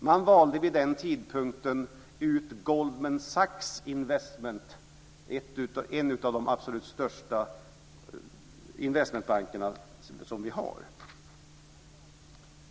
Man valde vid den tidpunkten ut investmentbanken Goldman Sachs, en av de absolut största investmentbanker som vi har.